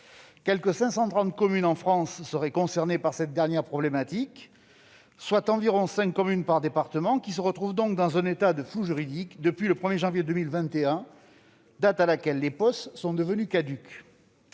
Quelque 530 communes en France seraient concernées par cette dernière problématique, soit environ 5 communes par département qui se retrouvent dans un état de flou juridique depuis le 1 janvier 2021, date à laquelle les POS sont devenus caducs.